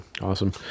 Awesome